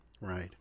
Right